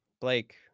Blake